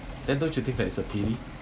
then don't you think that is a pity